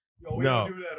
No